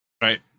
Right